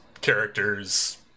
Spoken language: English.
characters